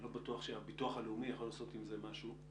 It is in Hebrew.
אני לא בטוח שהביטוח הלאומי יכול לעשות עם זה משהו.